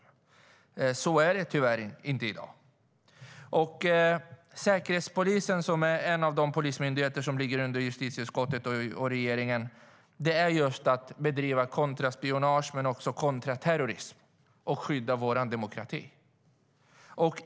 I dag är de tyvärr inte det. Säkerhetspolisen är en av de polismyndigheter som ligger under justitieutskottet och regeringen. Säkerhetspolisen ska bedriva kontraspionage men också kontraterrorism och skydda vår demokrati.